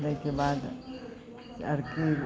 तैके बाद आओर की